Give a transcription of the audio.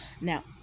now